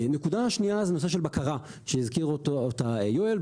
נקודה שנייה זה נושא של בקרה, שהזכיר אותה יואל.